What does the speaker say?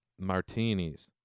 martinis